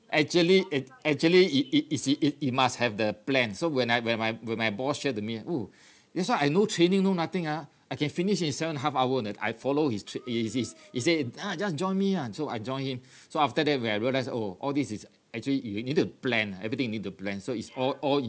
actually it actually it it is it it must have the plan so when my when my when my boss share to me ah !woo! that's why I no training no nothing ah I can finish it in seven and a half hour that I follow his trick he he he he say ah just join me ah so I joined him so after that when I realise oh all this is actually you need to plan lah everything you need to plan so it's all all